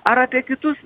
ar apie kitus